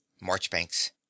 Marchbanks